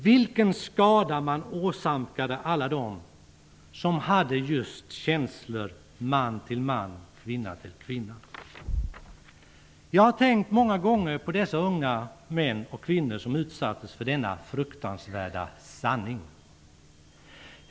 Vilken skada man åsamkade alla dem som hade känslor från man till man, från kvinna till kvinna! Jag har många gånger tänkt på dessa unga män och kvinnor som utsattes för denna fruktansvärda sanning.